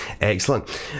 Excellent